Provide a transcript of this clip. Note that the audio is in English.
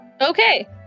Okay